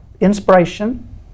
inspiration